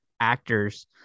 actors